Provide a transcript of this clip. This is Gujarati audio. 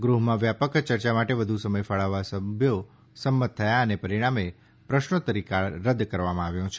ગૃહમાં વ્યાપક ચર્ચા માટે વધુ સમય ફાળવવા સભ્યો સંમત થયા અને પરિણામે પ્રશ્નોત્તરી કાળ રદ કરવામાં આવ્યો છે